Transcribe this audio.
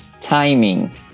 timing